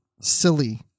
silly